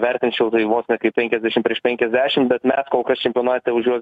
vertinčiau tai vos ne kaip penkiasdešim prieš penkiasdešim bet mes kol kas čempionate už juos